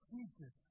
Jesus